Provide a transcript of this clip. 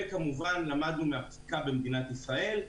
וכמובן למדנו מהפסיקה במדינת ישראל.